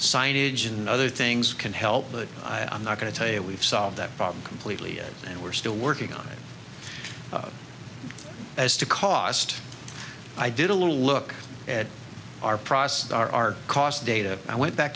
signage and other things can help but i'm not going to tell you we've solved that problem completely and we're still working on it as to cost i did a little look at our process our cost data i went back